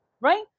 right